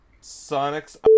Sonic's